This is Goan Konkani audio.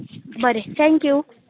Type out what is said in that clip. बरें थँक्यू